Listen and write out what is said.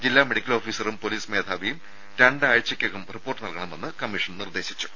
ജില്ലാ മെഡിക്കൽ ഓഫീസറും പൊലീസ് മേധാവിയും രണ്ടാഴ്ചക്കകം റിപ്പോർട്ട് നൽകണമെന്ന് കമ്മീഷൻ നിർദ്ദേശിച്ചു